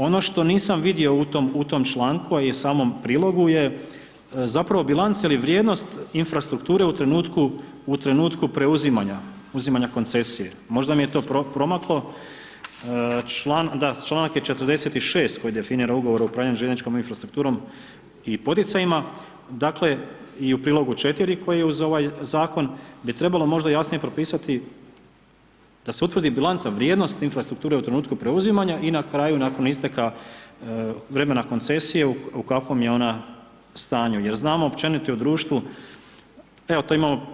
Ono što nisam vidio u tom članku a i samom prilogu je zapravo bilanca ili vrijednost infrastrukture u trenutku preuzimanja koncesije, možda mi je to promaklo, da, članak je 46. koji definira ugovor o upravljanju željezničkom infrastrukturom i poticajima, dakle i u Prilogu 4 koji je uz ovaj zakon bi trebalo možda jasnije propisati da se utvrdi bilanca vrijednosti infrastrukture u trenutku preuzimanja i na kraju nakon isteka vremena koncesije u kakvom je ona stanju jer znamo općenito i u društvu, evo tu imamo,